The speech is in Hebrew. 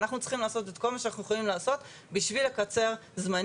אנחנו צריכים לעשות את כל מה שאנחנו יכולים לעשות בשביל לקצר זמנים,